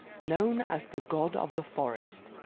known as the god of the forest,